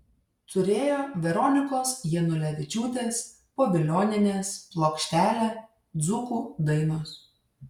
turėjo veronikos janulevičiūtės povilionienės plokštelę dzūkų dainos